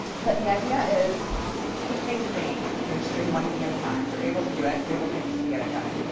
but the idea is keep things sane, so that you're just doing one thing at a time. you're able to do it. you're able to actually get it done.